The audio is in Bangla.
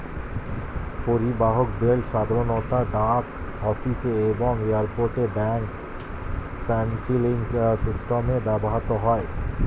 পরিবাহক বেল্ট সাধারণত ডাক অফিসে এবং এয়ারপোর্ট ব্যাগ হ্যান্ডলিং সিস্টেমে ব্যবহৃত হয়